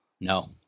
No